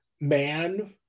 man